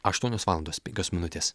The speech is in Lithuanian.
aštuonios valandos penkios minutės